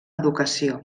educació